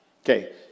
Okay